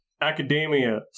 academia